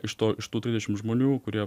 iš to iš tų trisdešim žmonių kurie